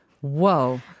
Whoa